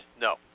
No